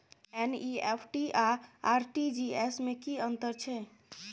NEFT आ RTGS में की अन्तर छै?